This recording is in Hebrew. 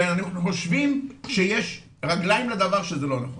שאנחנו חושבים שיש רגליים לדבר שזה לא נכון.